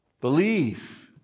Believe